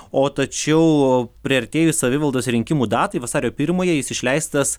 o tačiau priartėjus savivaldos rinkimų datai vasario pirmąją jis išleistas